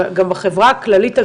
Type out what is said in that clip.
גם בחברה הכללית,